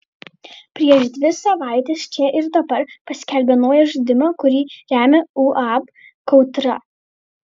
prieš dvi savaites čia ir dabar paskelbė naują žaidimą kurį remia uab kautra